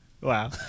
Wow